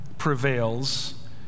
Prevails